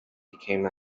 became